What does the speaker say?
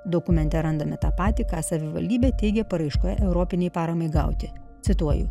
dokumente randame tą patį ką savivaldybė teigė paraiškoje europinei paramai gauti cituoju